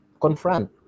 confront